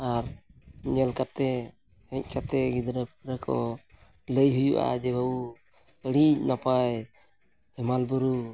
ᱟᱨ ᱧᱮᱞ ᱠᱟᱛᱮᱫ ᱦᱮᱡ ᱠᱟᱛᱮᱫ ᱜᱤᱫᱽᱨᱟᱹ ᱯᱤᱫᱽᱨᱟᱹ ᱠᱚ ᱞᱟᱹᱭ ᱦᱩᱭᱩᱜᱼᱟ ᱡᱮ ᱵᱟᱹᱵᱩ ᱟᱹᱰᱤ ᱱᱟᱯᱟᱭ ᱦᱮᱢᱟᱞ ᱵᱩᱨᱩ